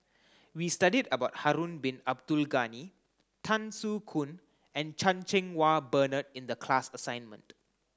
we studied about Harun Bin Abdul Ghani Tan Soo Khoon and Chan Cheng Wah Bernard in the class assignment